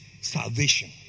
salvation